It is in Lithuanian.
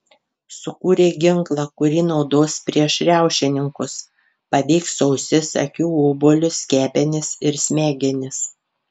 sukūrė ginklą kurį naudos prieš riaušininkus paveiks ausis akių obuolius kepenis ir smegenis